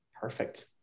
Perfect